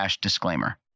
disclaimer